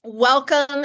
Welcome